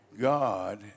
God